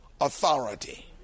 authority